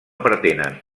pretenen